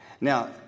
Now